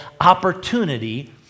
opportunity